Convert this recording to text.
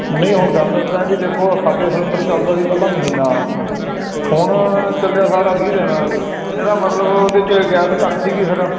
ਨਹੀਂ ਹੁਣ ਗੱਲ ਇੱਦਾਂ ਵੀ ਦੇਖੋ ਸਾਡੇ ਸਿਲੰਡਰ ਚੱਲਦਾ ਸੀ ਪਹਿਲਾਂ ਮਹੀਨਾ ਹੁਣ ਚੱਲਿਆ ਸਾਰਾ ਵੀਹ ਦਿਨ ਇਹਦਾ ਮਤਲਬ ਉਹਦੇ 'ਚ ਗੈਸ ਘੱਟ ਸੀਗੀ ਫਿਰ